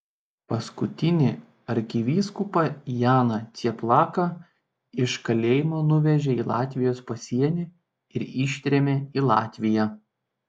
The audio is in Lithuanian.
paskutinį arkivyskupą janą cieplaką iš kalėjimo nuvežė į latvijos pasienį ir ištrėmė į latviją